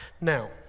Now